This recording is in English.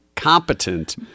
Competent